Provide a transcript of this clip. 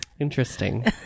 Interesting